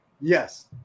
Yes